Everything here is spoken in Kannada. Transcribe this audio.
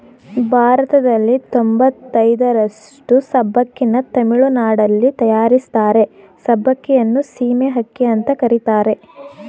ಭಾರತದಲ್ಲಿ ತೊಂಬತಯ್ದರಷ್ಟು ಸಬ್ಬಕ್ಕಿನ ತಮಿಳುನಾಡಲ್ಲಿ ತಯಾರಿಸ್ತಾರೆ ಸಬ್ಬಕ್ಕಿಯನ್ನು ಸೀಮೆ ಅಕ್ಕಿ ಅಂತ ಕರೀತಾರೆ